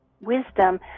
wisdom